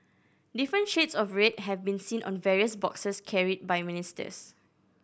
different shades of red have been seen on various boxes carried by ministers